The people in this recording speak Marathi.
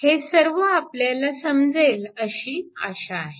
हे सर्व आपल्याला समजेल अशी आशा आहे